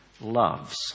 loves